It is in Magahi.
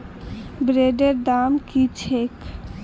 ब्रेदेर दाम की छेक